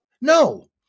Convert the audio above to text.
No